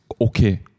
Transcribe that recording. okay